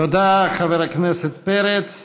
תודה, חבר הכנסת פרץ.